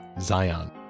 Zion